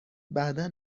بعدا